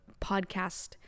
podcast